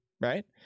right